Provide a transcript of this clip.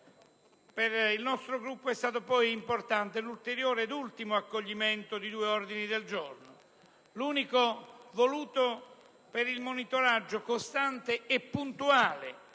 Per il nostro Gruppo è stato poi importante l'ulteriore e ultimo accoglimento di due ordini del giorno: l'uno volto al monitoraggio costante e puntuale